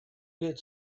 get